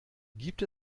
gibt